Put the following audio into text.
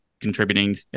contributing